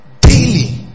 daily